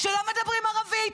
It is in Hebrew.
שלא מדברים ערבית,